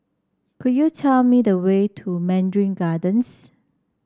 could you tell me the way to Mandarin Gardens